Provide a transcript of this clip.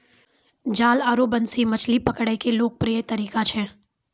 जाल आरो बंसी मछली पकड़ै के लोकप्रिय तरीका छै